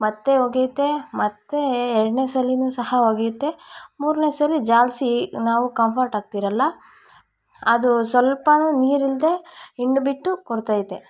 ಮತ್ತು ಒಗೆಯುತ್ತೆ ಮತ್ತು ಎರಡನೇ ಸಲನು ಸಹ ಒಗೆಯುತ್ತೆ ಮೂರನೇಸಲಿ ಜಾಲಿಸಿ ನಾವು ಕಂಫರ್ಟ್ ಹಾಕ್ತಿರಲ್ಲ ಅದೂ ಸ್ವಲ್ಪನು ನೀರಿಲ್ಲದೆ ಹಿಂಡಿಬಿಟ್ಟು ಕೊಡ್ತೈತೆ